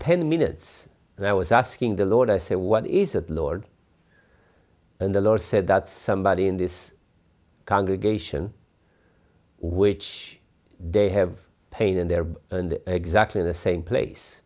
ten minutes and i was asking the lord i said what is that lord and the lord said that somebody in this congregation which they have pain and they're exactly the same place